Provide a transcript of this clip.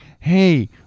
hey